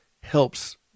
helps